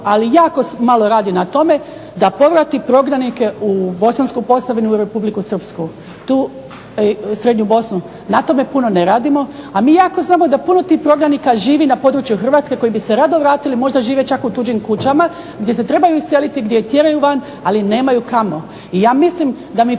ali jako malo radi na tome da povrati prognanike u Bosansku Posavinu u Republiku Srpsku, srednju Bosnu na tome ne radimo, a mi jako dobro znamo da puno tih prognanika žive na području Hrvatske koji bi se rado vratili, možda žive čak u tuđim kućama gdje se trebaju iseliti gdje ih tjeraju van ali nemaju kamo ali ja mislim da mi